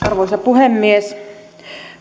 arvoisa puhemies